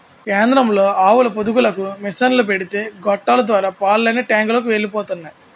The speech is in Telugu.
కేంద్రంలో ఆవుల పొదుగులకు మిసన్లు పెడితే గొట్టాల ద్వారా పాలన్నీ టాంకులలోకి ఎలిపోతున్నాయి